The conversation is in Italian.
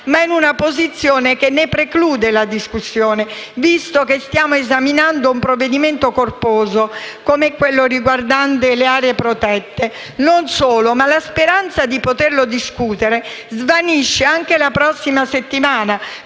ma in una posizione che ne preclude la discussione, visto che stiamo esaminando un provvedimento corposo come quello riguardante le aree protette. Non solo, la speranza di poterlo discutere svanisce anche la prossima settimana